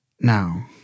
Now